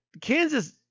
Kansas